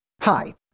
Hi